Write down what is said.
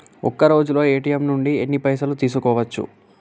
ఒక్కరోజులో ఏ.టి.ఎమ్ నుంచి ఎన్ని పైసలు తీసుకోవచ్చు?